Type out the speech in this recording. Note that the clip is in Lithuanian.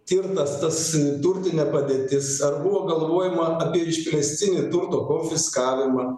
tirtas tas turtinė padėtis ar buvo galvojama apie išplėstinį turto konfiskavimą